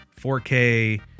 4K